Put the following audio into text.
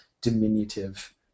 diminutive